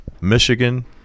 Michigan